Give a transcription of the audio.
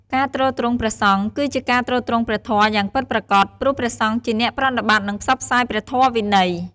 ការទ្រទ្រង់ព្រះសង្ឃ គឺជាការទ្រទ្រង់ព្រះធម៌យ៉ាងពិតប្រាកដ ព្រោះព្រះសង្ឃជាអ្នកប្រតិបត្តិ និងផ្សព្វផ្សាយព្រះធម៌វិន័យ។